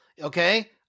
Okay